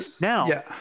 Now